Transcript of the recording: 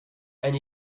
and